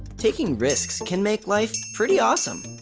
taking risks can make life pretty awesome,